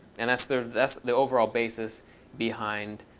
and that's the that's the overall basis behind